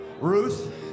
Ruth